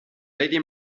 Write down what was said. lady